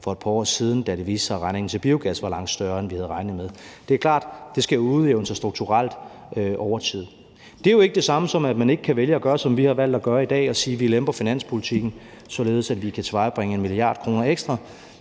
for et par år siden, da det viste sig, at regningen for biogas var langt større, end vi havde regnet med. Det er klart, at det skal udjævne sig strukturelt over tid. Det er jo ikke det samme, som at man ikke kan vælge at gøre, som vi har valgt at gøre i dag, og sige: Vi lemper finanspolitikken, således at vi kan tilvejebringe 1 mia. kr. ekstra.